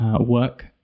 work